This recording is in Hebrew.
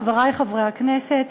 חברי חברי הכנסת: